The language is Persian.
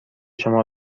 شما